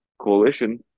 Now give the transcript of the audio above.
coalition